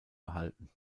behalten